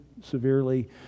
severely